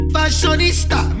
Fashionista